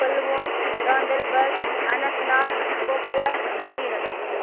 Pulwama Ganderbal Anantnag Kupwara Srinagar